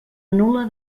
nul·la